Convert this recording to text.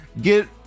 get